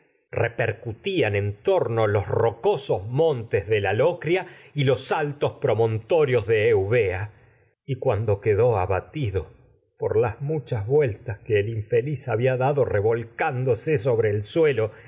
kepercutían en torno los montes de la locria y los las traquinias altos promontorios de eubea y cuando quedó abatido que por las muchas vueltas sobi e el infeliz había dado revol muchos cándose el suelo